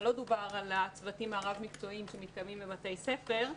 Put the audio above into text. אבל לא דובר על הצוותים הרב-מקצועיים שמתקיימים בבתי הספר.